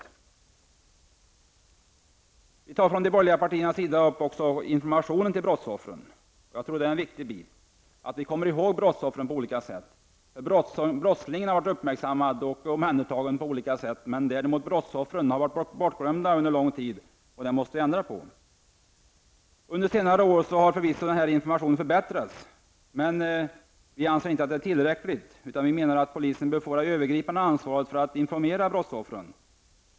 I reservation 26 tar de borgerliga partierna upp behovet av information till brottsoffren. Jag tror att det är viktigt att vi kommer ihåg brottsoffren på olika sätt. Brottslingen har blivit uppmärksammad och omhändertagen på olika sätt, men däremot har brottsoffren under lång tid blivit bortglömda, och detta måste man ändra på. Under senare år har förvisso denna information förbättrats. Men vi anser inte att det är tillräckligt. Vi anser att polisen bör få det övergripande ansvaret att informera brottsoffren.